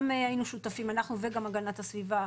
גם היינו שותפים אנחנו וגם הגנת הסביבה